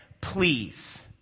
please